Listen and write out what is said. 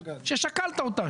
שקלת אותה,